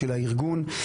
של הארגון.